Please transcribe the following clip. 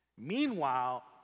Meanwhile